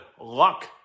luck